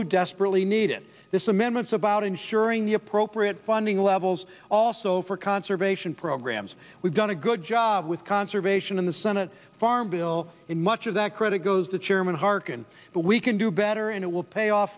lou desperately needed this amendments about ensuring the appropriate funding levels also for conservation programs we've done a good job with conservation in the senate farm bill in much of that credit goes to chairman harkin but we can do better and it will pay off